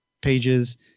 pages